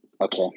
Okay